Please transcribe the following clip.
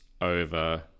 over